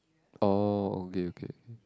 oh okay okay